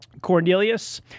Cornelius